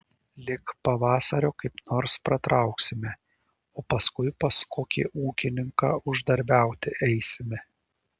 lig pavasario kaip nors pratrauksime o paskui pas kokį ūkininką uždarbiauti eisime